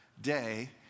Day